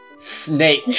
SNAKE